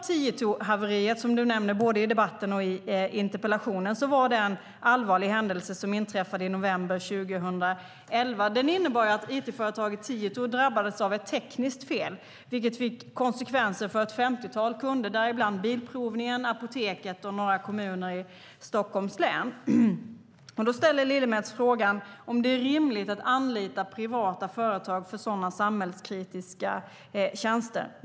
Tietohaveriet, som du nämner både i interpellationen och i ditt debattinlägg, var en allvarlig händelse som inträffade i november 2011. Den innebar att it-företaget Tieto drabbades av ett tekniskt fel, vilket fick konsekvenser för ett femtiotal kunder, däribland Bilprovningen, Apoteket och några kommuner i Stockholms län. Då ställer du, Annika Lillemets, frågan om det är rimligt att anlita privata företag till sådana samhällskritiska tjänster.